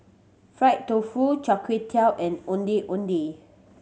fried tofu Char Kway Teow and Ondeh Ondeh